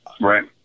Right